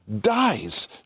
dies